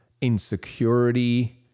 insecurity